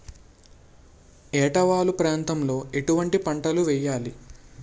ఏటా వాలు ప్రాంతం లో ఎటువంటి పంటలు వేయాలి?